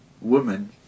woman